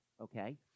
Okay